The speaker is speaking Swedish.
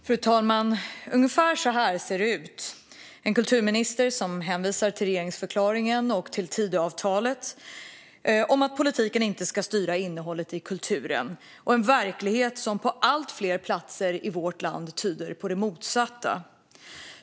Fru talman! Ungefär så här ser det ut: Kulturministern hänvisar till regeringsförklaringen och Tidöavtalet om att politiken inte ska styra innehållet i kulturen, och verkligheten på allt fler platser i vårt land tyder på det motsatta.